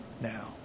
now